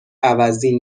عوضی